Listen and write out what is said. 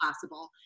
possible